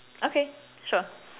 okay sure